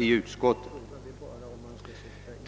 Det rör sig